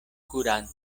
kurante